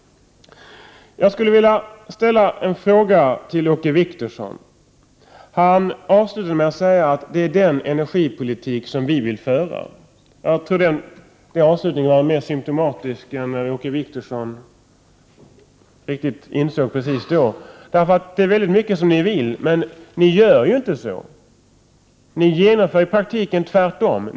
Åke Wictorsson avslutade sitt anförande med att säga: Det är den energipolitik vi vill föra. Den avslutningen var mer symptomatisk än Åke Wictorsson riktigt insåg just då. Det är mycket som ni vill, men ni gör ju inte så! Ni gör i praktiken tvärtom.